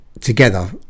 together